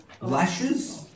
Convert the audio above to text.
lashes